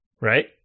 Right